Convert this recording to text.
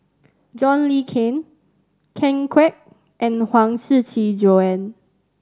John Le Cain Ken Kwek and Huang Shiqi Joan